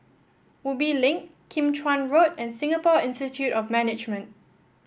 Ubi Link Kim Chuan Road and Singapore Institute of Management